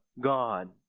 God